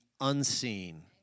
unseen